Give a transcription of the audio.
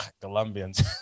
Colombians